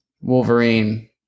Wolverine